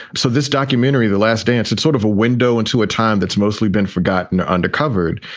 so this documentary, the last dance, it's sort of a window into a time that's mostly been forgotten, under-covered.